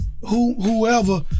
whoever